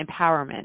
empowerment